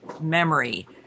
memory